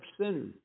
sinners